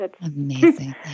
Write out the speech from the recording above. Amazing